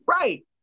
Right